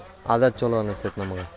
ಅದೇ ಚಲೋ ಅನಿಸ್ತೈತೆ ನಮ್ಗೆ